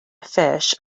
fish